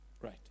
Right